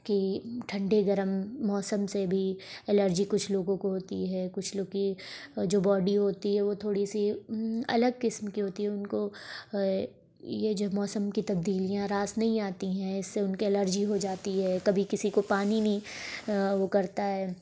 کہ ٹھنڈے گرم موسم سے بھی الرجی کچھ لوگوں کو ہوتی ہے کچھ لوگ کی جو باڈی ہوتی ہے وہ تھوڑی سی الگ قسم کی ہوتی ہے ان کو یہ جو موسم کی تبدیلیاں راس نہیں آتی ہیں اس سے ان کے الرجی ہو جاتی ہے کبھی کسی کو پانی نہیں وہ کرتا ہے